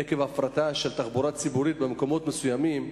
עקב הפרטה של תחבורה ציבורית במקומות מסוימים,